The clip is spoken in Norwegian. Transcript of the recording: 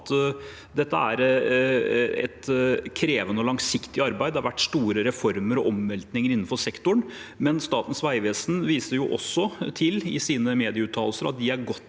selvfølgelig et krevende og langsiktig arbeid. Det har vært store reformer og omveltninger innenfor sektoren, men Statens vegvesen viser i sine medieuttalelser til at de er godt